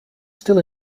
still